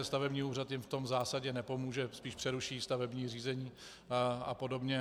Stavební úřad jim v tom v zásadě nepomůže, spíše přeruší stavební řízení a podobně.